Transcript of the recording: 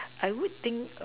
I would think